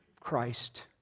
Christ